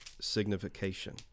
signification